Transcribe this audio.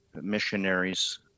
missionaries